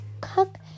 cook